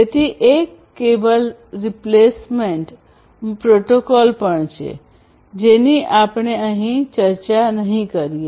તેથી એક cable replacement protocol પણ છે જેની આપણે અહીં ચર્ચા નહીં કરીએ